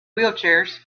wheelchairs